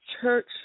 church